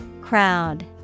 Crowd